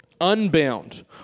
unbound